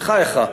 בחייך.